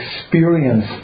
experience